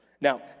Now